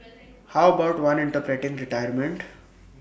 how about one interpreting retirement